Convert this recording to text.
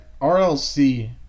RLC